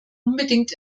unbedingt